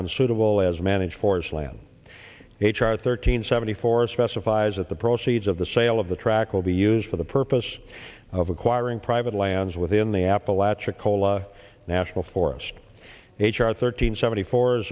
suitable as managed forest land h r thirteen seventy four specifies that the proceeds of the sale of the track will be used for the purpose of acquiring private lands within the apalachicola national forest h r thirteen seventy four